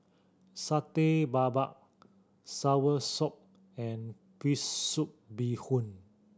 Satay Babat soursop and fish soup bee hoon